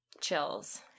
chills